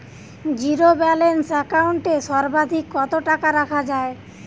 Zero balance account এ সর্বাধিক কত টাকা রাখা য়ায়?